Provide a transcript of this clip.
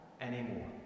anymore